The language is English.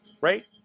Right